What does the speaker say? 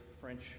French